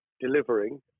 delivering